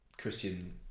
Christian